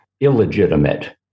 illegitimate